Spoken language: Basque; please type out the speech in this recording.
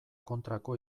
kontrako